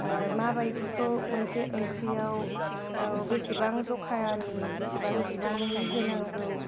माबादिखौ मोनसे ओंख्रियाव बेसेबां जखानि बेसेबां बिबांनि होनांगौ